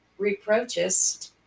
reproachest